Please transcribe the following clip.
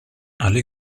alle